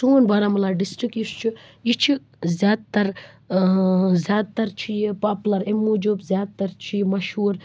سون بارہمولہ ڈِسٹرک یُس چھُ یہِ چھِ زیادٕ تَر زیادٕ تَر چھِ یہِ پاپلَر امہِ موجوٗب زیادٕ تر چھُ یہِ مہشوٗر